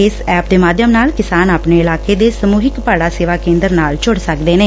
ਇਸ ਐੱਪ ਦੇ ਮਾਧਿਅਮ ਨਾਲ ਕਿਸਾਨ ਆਪਣੇ ਇਲਾਕੇ ਸਮੁਹਿਕ ਭਾੜਾ ਸੇਵਾ ਕੇਂਦਰ ਨਾਲ ਜੁੜ ਸਕਦੇ ਨੇ